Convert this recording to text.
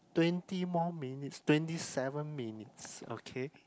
twenty more minutes twenty seven minutes okay